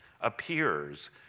appears